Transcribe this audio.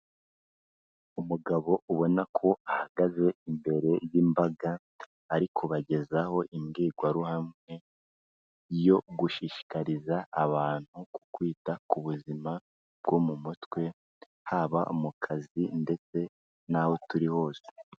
Umugabo ubona ko ahagaze imbere y'imbaga, ari kubagezaho imbwirwaruhame yo gushishikariza abantu ku kwita ku buzima bwo mu mutwe, haba mu kazi ndetse n'aho turi hose.